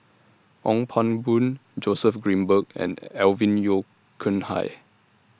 Ong Pang Boon Joseph Grimberg and Alvin Yeo Khirn Hai